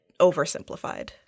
oversimplified